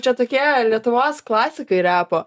čia tokie lietuvos klasikai repo